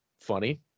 funny